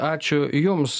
ačiū jums